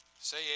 Say